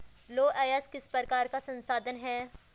लौह अयस्क किस प्रकार का संसाधन है?